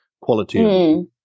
Quality